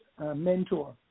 mentor